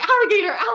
alligator